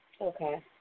Okay